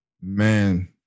Man